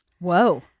Whoa